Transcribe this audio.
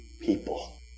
people